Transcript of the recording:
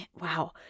wow